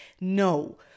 No